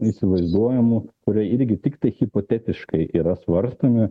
įsivaizduojamų kurie irgi tiktai hipotetiškai yra svarstomi